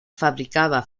fabricaba